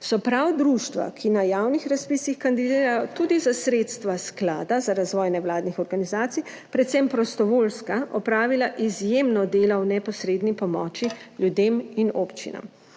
so prav društva, ki na javnih razpisih kandidirajo tudi za sredstva Sklada za razvoj nevladnih organizacij, predvsem prostovoljska opravila, izjemno delo v neposredni pomoči ljudem in občinam.